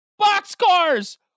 boxcars